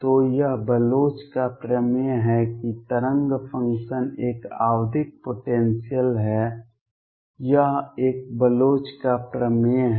तो यह बलोच का प्रमेय है कि तरंग फंक्शन एक आवधिक पोटेंसियल है यह एक बलोच का प्रमेय है